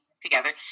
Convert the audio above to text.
together